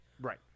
Right